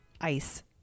ice